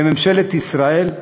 בממשלת ישראל,